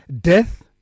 Death